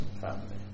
family